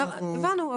הבנו,